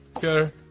Sure